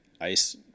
ice